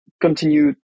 continue